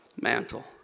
mantle